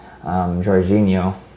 Jorginho